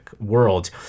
world